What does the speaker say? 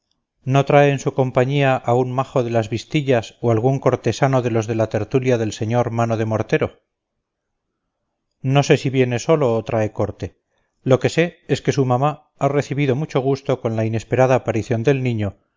no trae en su compañía a un majo de las vistillas o a algún cortesano de los de la tertulia del sr mano de mortero no sé si viene solo o trae corte lo que sé es que su mamá ha recibido mucho gusto con la inesperada aparición del niño